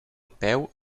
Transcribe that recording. peu